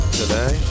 today